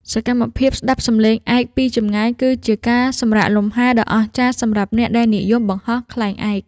សកម្មភាពស្ដាប់សំឡេងឯកពីចម្ងាយ គឺជាការសម្រាកលម្ហែដ៏អស្ចារ្យសម្រាប់អ្នកដែលនិយមបង្ហោះខ្លែងឯក។